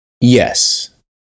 Yes